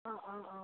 অঁ অঁ অঁ